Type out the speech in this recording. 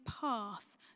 path